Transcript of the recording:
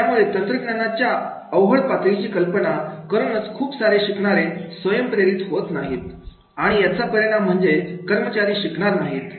त्यामुळे तंत्रज्ञानाच्या अवघडता पातळीची कल्पना करूनच खूप सारे शिकणारे स्वयंप्रेरित होत नाही आणि याचा परिणाम म्हणजे कर्मचारी शिकणार नाहीत